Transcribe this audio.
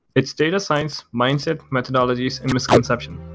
it's data science mindset methodologies and misconception.